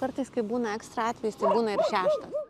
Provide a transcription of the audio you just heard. kartais kai būna ekstra atvejis tai būna ir šeštas